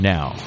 Now